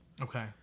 Okay